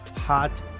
Hot